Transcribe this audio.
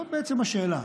זאת בעצם השאלה.